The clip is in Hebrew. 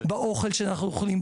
באוכל שאנחנו אוכלים,